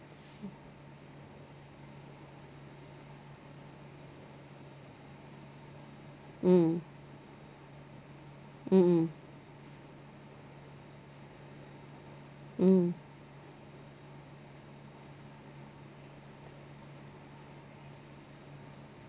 mm mmhmm mm